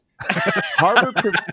Harvard